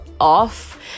off